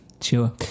sure